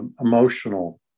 emotional